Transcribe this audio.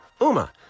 Uma